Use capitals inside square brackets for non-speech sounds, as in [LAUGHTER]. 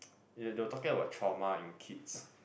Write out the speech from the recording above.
[NOISE] they they were talking about trauma in kids